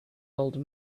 old